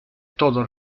todo